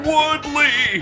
Woodley